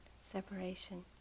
separation